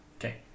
Okay